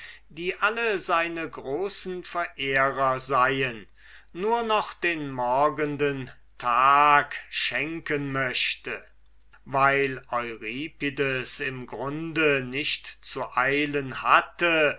die alle seine großen verehrer seien nur noch den morgenden tag schenken möchte weil euripides im grunde nichts zu eilen hatte